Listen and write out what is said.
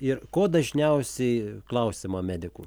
ir ko dažniausiai klausiama medikų